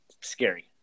scary